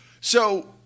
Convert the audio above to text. So-